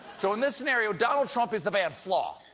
so, in this scenario, donald trump is the band flaw,